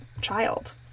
child